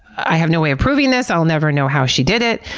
i have no way of proving this. i'll never know how she did it,